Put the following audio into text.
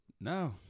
No